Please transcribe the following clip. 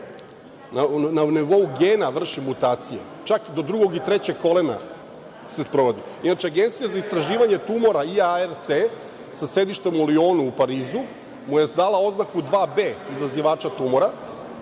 na nivou gena mutacije, čak do drugog i trećeg kolena se sprovodi. Inače, Agencija za istraživanje tumora IARC, sa sedištem u Lionu, u Parizu, dala mu je oznaku 2B izazivača tumora,